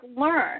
learn